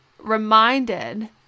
reminded